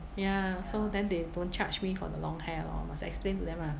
ya so then they don't charge me for the long hair lor must explain them lah